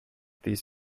these